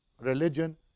religion